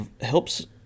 helps